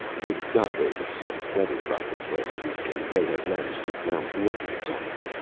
they got away with some weather rockets last week and may have managed to mount war heads on them.